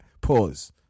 Pause